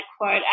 quote